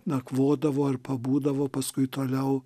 nakvodavo ir pabūdavo paskui toliau